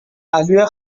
پهلوی